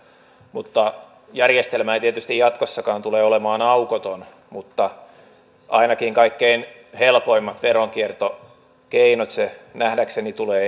järjestelmä ei tietysti jatkossakaan tule olemaan aukoton mutta ainakin kaikkein helpoimmat veronkiertokeinot se nähdäkseni tulee estämään